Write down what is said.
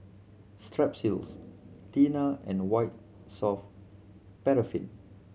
Strepsils Tena and White Soft Paraffin